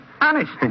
Honest